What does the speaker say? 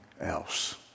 else